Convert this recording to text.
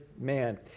man